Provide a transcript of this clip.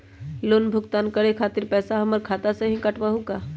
Loan भुगतान करे के खातिर पैसा हमर खाता में से ही काटबहु का?